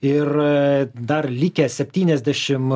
ir dar likę septyniasdešim